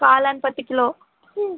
காளான் பத்து கிலோ